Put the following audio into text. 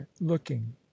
looking